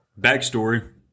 Backstory